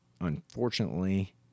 unfortunately